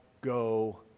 go